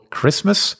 Christmas